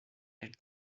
elle